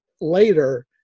later